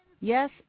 Yes